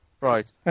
Right